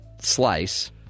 slice